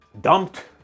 dumped